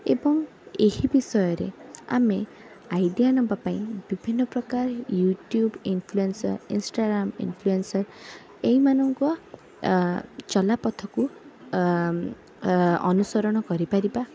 ଏବଂ ଏହି ବିଷୟରେ ଆମେ ଆଇଡ଼ିଆ ନବାପାଇଁ ବିଭିନ୍ନ ପ୍ରକାର ୟୁଟ୍ୟୁବ ଇନ୍ଫ୍ଲୁଏନ୍ସର ଇନଷ୍ଟାଗ୍ରାମ ଇନ୍ଫ୍ଲୁଏନ୍ସର ଏଇମାନଙ୍କ ଆ ଚଲାପଥକୁ ଆ ଆ ଅନୁସରଣ କରିପାରିବା